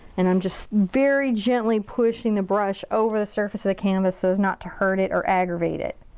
and i'm just very gently pushing the brush over the surface of the canvas so as not to hurt it or aggravate it.